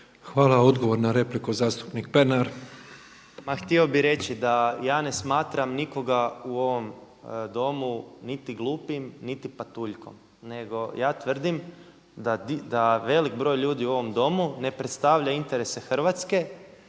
Hvala. Odgovor na repliku zastupnik Pernar. **Pernar, Ivan (Abeceda)** Pa htio bi reći da ja ne smatram nikoga u ovom domu niti glupim niti patuljkom, nego ja tvrdim da velik broj ljudi u ovom domu ne predstavlja interese Hrvatske